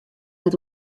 net